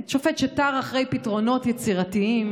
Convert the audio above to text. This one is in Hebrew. שופט שתר אחרי פתרונות יצירתיים